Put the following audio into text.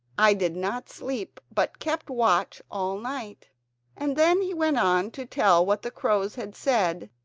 i did not sleep but kept watch all night and then he went on to tell what the crows had said,